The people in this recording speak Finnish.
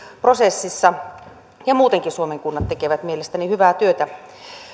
prosessissa ja muutenkin suomen kunnat tekevät mielestäni hyvää työtä